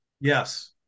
yes